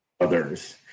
others